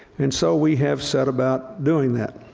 and so we have set about doing that.